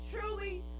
truly